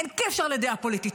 אין קשר לדעה פוליטית.